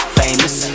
famous